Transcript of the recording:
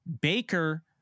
Baker